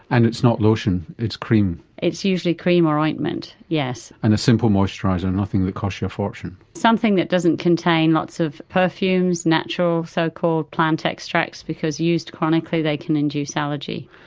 and it's not lotion, it's cream. it's usually cream or ointment, yes. and a simple moisturiser, nothing that costs you a fortune. something that doesn't contain lots of perfumes, natural so-called plant extracts, because used chronically they can induce allergy.